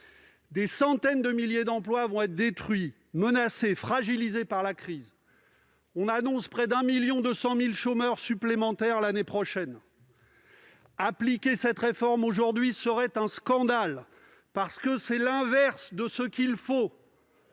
Des centaines de milliers d'emplois vont être détruits, menacés, fragilisés par la crise. On annonce près de 1,2 million de chômeurs supplémentaires l'année prochaine. Appliquer cette réforme aujourd'hui serait un scandale, parce que c'est l'inverse de ce qu'il faut